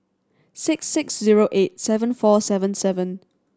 six six zero eight seven four seven seven